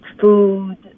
food